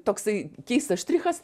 toksai keistas štrichas